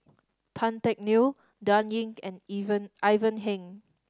Tan Teck Neo Dan Ying and Ivan Heng